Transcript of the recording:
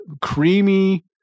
creamy